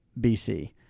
BC